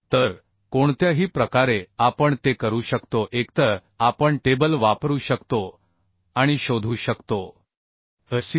तर कोणत्याही प्रकारे आपण ते करू शकतो एकतर आपण टेबल वापरू शकतो आणि शोधू शकतो FCD